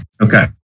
okay